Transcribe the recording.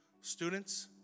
Students